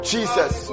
Jesus